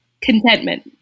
Contentment